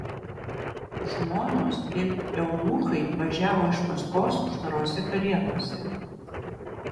žmonos ir eunuchai važiavo iš paskos uždarose karietose